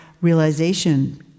realization